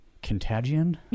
contagion